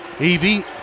Evie